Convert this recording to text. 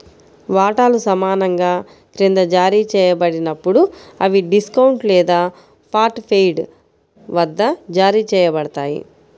వాటాలు సమానంగా క్రింద జారీ చేయబడినప్పుడు, అవి డిస్కౌంట్ లేదా పార్ట్ పెయిడ్ వద్ద జారీ చేయబడతాయి